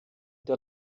der